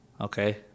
okay